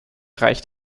reicht